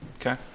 Okay